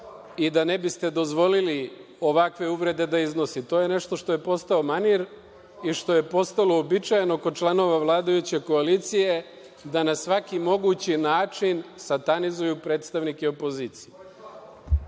i da ne biste dozvolili ovakve uvrede da iznosi. To je nešto što je postao manir i što je postalo uobičajeno kod članova vladajuće koalicije da na svaki mogući način satanizuju predstavnike